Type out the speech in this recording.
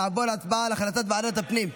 נעבור להצבעה על החלטת ועדת הפנים.